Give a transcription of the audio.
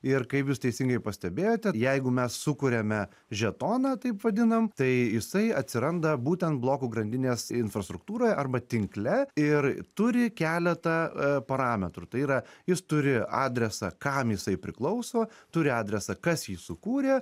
ir kaip jūs teisingai pastebėjote jeigu mes sukuriame žetoną taip vadinam tai jisai atsiranda būtent blokų grandinės infrastruktūroje arba tinkle ir turi keletą parametrų tai yra jis turi adresą kam jisai priklauso turi adresą kas jį sukūrė